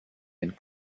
and